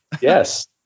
Yes